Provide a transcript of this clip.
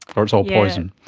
or it's all poison?